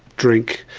drink,